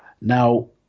Now